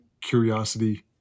curiosity